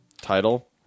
title